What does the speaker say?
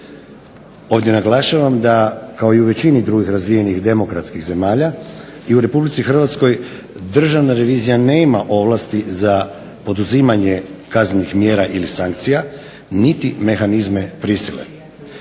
Ovdje naglašavam da kao i u većini razvijenih demokratskih zemalja i u Republici Hrvatskoj Državna revizija nema ovlasti za poduzimanje kaznenih mjera ili sankcija, niti mehanizme prisile.